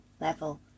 level